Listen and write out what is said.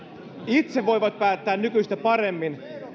itse päättää nykyistä paremmin